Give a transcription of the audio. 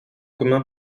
commun